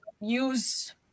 use